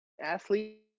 athlete